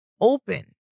open